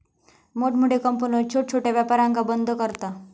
मोठमोठे कंपन्यो छोट्या छोट्या व्यापारांका बंद करता